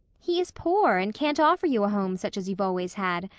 he is poor and can't offer you a home such as you've always had.